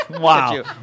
Wow